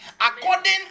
according